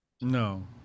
No